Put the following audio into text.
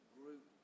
group